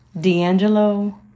D'Angelo